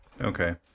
Okay